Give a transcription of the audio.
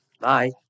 Bye